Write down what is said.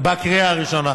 בקריאה הראשונה.